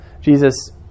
Jesus